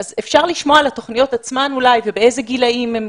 אפשר אולי לשמוע על התוכניות עצמן ובאיזה גילים הן